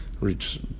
reach